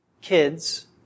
kids